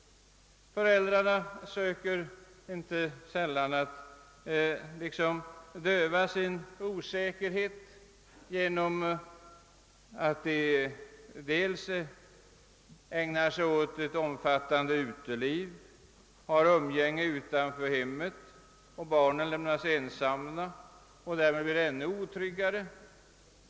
Föräldrarna försöker inte så sällan liksom döva sin känsla av osäkerhet genom att hänge sig åt ett omfattande uteliv och ha umgänge utanför hemmet. Barnen lämnas ensamma och blir ännu otryggare.